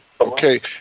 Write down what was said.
Okay